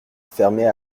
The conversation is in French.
fermait